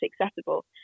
accessible